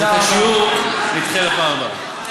את השיעור נדחה לפעם הבאה.